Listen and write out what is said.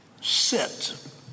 sit